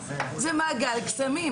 זה מעגל קסמים.